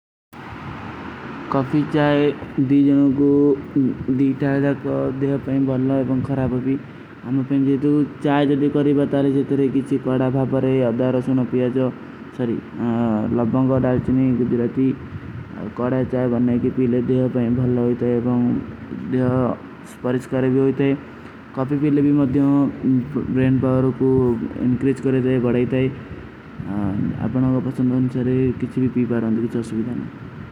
କାଫୀ, ଚାଯ, ଦୀ ଜନୋଂ କୋ ଦୀ ତାଯଦା କା ଦେହା ପାଯେଂ ବହଲା ଏବଂଗ ଖରାବ ହୋ ଭୀ। ହମୋଂ ପେଂ ଜେଦୂ ଚାଯ ଜଦେ କରୀ ବତା ରହେ ସେ ତୋରେ କିଛୀ କଡା ଭାପରେ, ଅଦ୍ଧାର ରସୁନୋଂ ପିଯା ଜୋ। କାଫୀ, ଚାଯ, ଦୀ ଜନୋଂ କୋ ଦୀ ତାଯଦା କା ଦେହା ପାଯେଂ ବହଲା ଏବଂଗ ଖରାବ ହୋ ଭୀ। କାଫୀ ପୀ ଲେଵୀ ମଦ୍ଯୋଂ ବ୍ରେଂଟ ପାଵରୋଂ କୋ ଇଂକ୍ରେଜ କରେ ଜାଯେ ବଢାଯେ ତାଯେ। ଆପନୋଂ କୋ ପସଂଦ ହୋନେ ସାରେ କିଛୀ ଭୀ ପୀ ପାଵର ହୋନେ କୀ ଚଲ ସୁଭୀତ ହୈ।